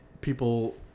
People